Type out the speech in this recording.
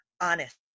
honest